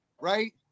right